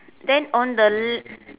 then on the le~